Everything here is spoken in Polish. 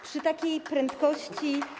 Przy takiej prędkości.